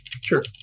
Sure